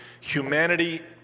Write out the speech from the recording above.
Humanity